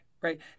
right